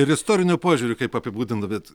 ir istoriniu požiūriu kaip apibūdintumėt